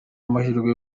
amahirwe